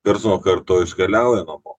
per zoką artojus keliauja namo